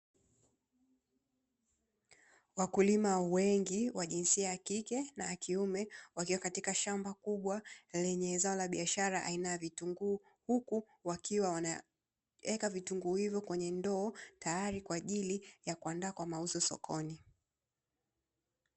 Wakulima wengi wa jinsia ya kike na ya kiume, wakiwa katika shamba kubwa lenye zao la biashara aina ya vitunguu. Huku wakiwa wanaeka vitunguu hivyo kwenye ndoo, tayari kwa ajili ya kuandaa kwa mauzo sokoni.